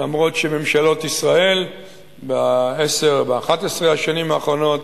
אף שממשלות ישראל ב-10 11 השנים האחרונות